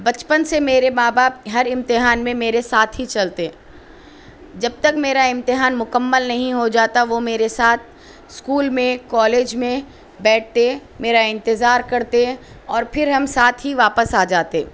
بچپن سے میرے ماں باپ ہر امتحان میں میرے ساتھ ہی چلتے جب تک میرا امتحان مکمل نہیں ہو جاتا وہ میرے ساتھ اسکول میں کالج میں بیٹھتے میرا انتظار کرتے اور پھر ہم ساتھ ہی واپس آ جاتے